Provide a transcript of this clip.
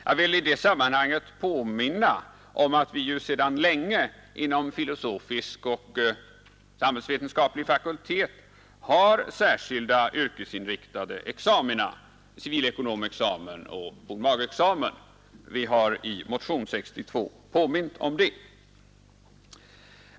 Jag vill i det sammanhanget erinra om att vi ju sedan länge inom filosofisk och samhällsvetenskaplig fakultet har särskilda yrkesinriktade examina — civilekonomoch pol.mag.-examen. Vi har i motionen 62 påmint om det.